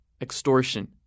extortion